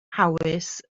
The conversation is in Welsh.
hawys